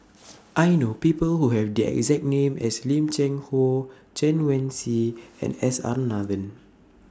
I know People Who Have The exact name as Lim Cheng Hoe Chen Wen Hsi and S R Nathan